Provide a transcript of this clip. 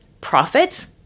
profit